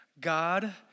God